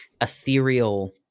ethereal